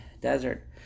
desert